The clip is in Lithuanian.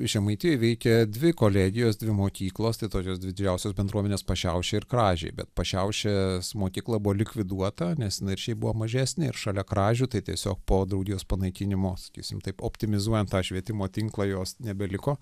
žemaitijoj veikė dvi kolegijos dvi mokyklos tai tokios dvi didžiausios bendruomenės pašiaušė ir kražiai bet pašiaušės mokykla buvo likviduota nes jinai ir šiaip buvo mažesnė ir šalia kražių tai tiesiog po draugijos panaikinimo sakysim taip optimizuojant tą švietimo tinklą jos nebeliko